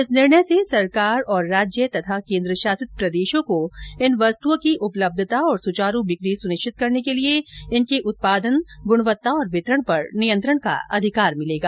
इस निर्णय से सरकार और राज्य तथा केन्द्र शासित प्रदेशों को इन वस्तओं की उपलब्यता और सुचारू बिक्री सुनिश्चित करने के लिए इनके उत्पादन गुणवत्ता और वितरण पर नियंत्रण का अधिकार मिलेगा